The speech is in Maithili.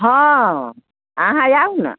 हाँ अहाँ आउ ने